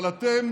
אבל אתם